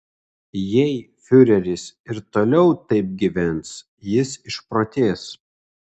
jei fiureris ir toliau taip gyvens jis išprotės